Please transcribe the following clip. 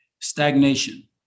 stagnation